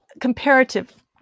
comparative